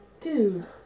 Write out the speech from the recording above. Dude